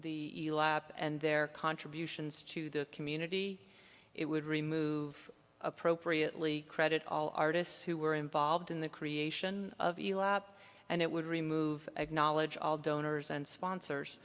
the lab and their contributions to the community it would remove appropriately credit all artists who were involved in the creation of you up and it would remove acknowledge all donors and sponsors